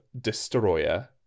Destroyer